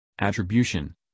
attribution